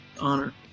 honor